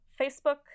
Facebook